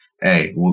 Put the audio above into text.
hey